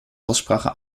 aussprache